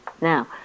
Now